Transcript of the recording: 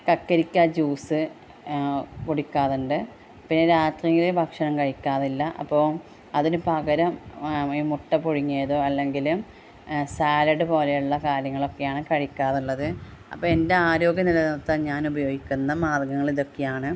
ആ കക്കിരിക്ക ജ്യൂസ് കുടിക്കാറുണ്ട് പിന്നെ രാത്രിയിൽ ഭക്ഷണം കഴിക്കാറില്ല അപ്പോൾ അതിന് പകരം ഈ മുട്ട പുഴുങ്ങിയതോ അല്ലെങ്കിൽ സാലഡ് പോലെയുള്ള കാര്യങ്ങളൊക്കെയാണ് കഴിക്കാറുള്ളത് അപ്പോൾ എൻ്റെ ആരോഗ്യം നില നിർത്താൻ ഞാൻ ഉപയോഗിക്കുന്ന മാർഗ്ഗങ്ങൾ ഇതൊക്കെയാണ്